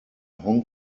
hong